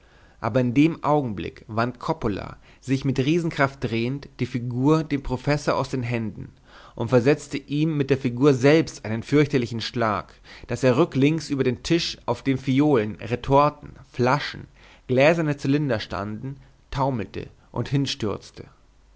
aber in dem augenblick wand coppola sich mit riesenkraft drehend die figur dem professor aus den händen und versetzte ihm mit der figur selbst einen fürchterlichen schlag daß er rücklings über den tisch auf dem phiolen retorten flaschen gläserne zylinder standen taumelte und hinstürzte